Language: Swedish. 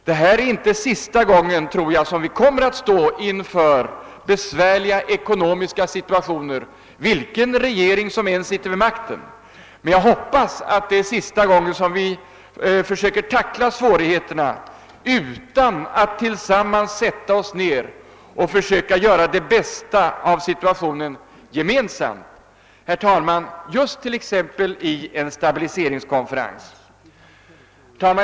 Jag tror att detta inte är sista gången vi står inför en besvärlig ekonomisk situation, vilken regering som än sitter vid makten, men jag hoppas det är sista gången man försöker tackla svårigheterna utan att vi tillsammans sätter oss ner och försöker göra det bästa av situationen, t.ex. just vid en stabiliseringskonferens. Herr talman!